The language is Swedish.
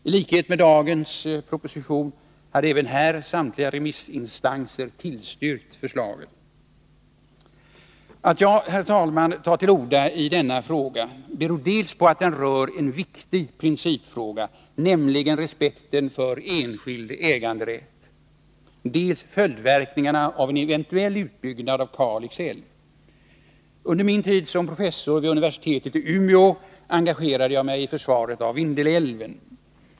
I likhet med dagens proposition hade även här samtliga remissinstanser tillstyrkt förslaget! Att jag, herr talman, tar till orda i denna fråga beror dels på att den rör en viktig principfråga, nämligen respekten för enskild äganderätt, dels på följdverknignarna av en eventuell utbyggnad av Kalix älv. Under min tid som professor vid Umeå universitet engagerade jag mig i försvaret av en bevarad Vindelälv.